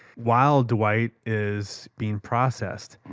while dwight is being processed,